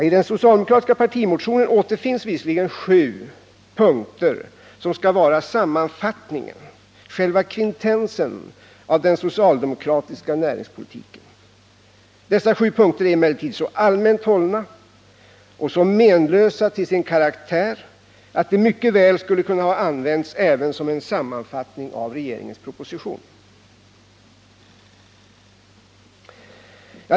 I den socialdemokratiska partimotionen återfinns visserligen sju punkter som skall vara sammanfattningen, själva kvintessensen, av den socialdemo kratiska näringspolitiken. Dessa sju punkter är emellertid så allmänt hållna och så menlösa till sin karaktär att de mycket väl skulle ha kunnat användas även som en sammanfattning av regeringens proposition.